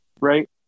right